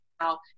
now